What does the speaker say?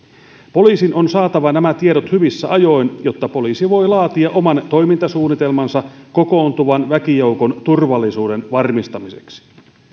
poliisin on saatava nämä tiedot hyvissä ajoin jotta poliisi voi laatia oman toimintasuunnitelmansa kokoontuvan väkijoukon turvallisuuden varmistamiseksi